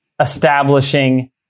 establishing